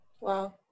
wow